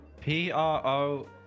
P-R-O